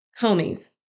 homies